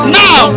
now